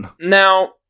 now